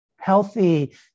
healthy